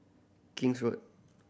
King's Road